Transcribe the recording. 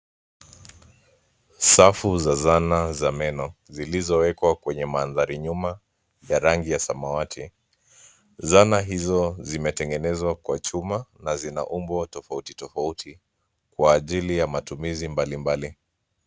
Safu za zana za meno zilizowekwa kwenye mandhari nyuma ya rangi ya samawati. Zana hizo zimetengenezwa Kwa chuma na zina umbo tofauti tofauti kwa ajili ya matumizi mbalimbali.